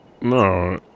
No